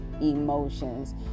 emotions